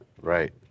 Right